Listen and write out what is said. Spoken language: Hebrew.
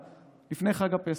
לפני חג הפסח.